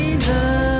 Jesus